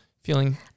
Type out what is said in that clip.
feeling